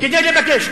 כדי להיפגש.